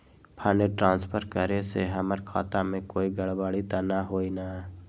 Fund transfer करे से हमर खाता में कोई गड़बड़ी त न होई न?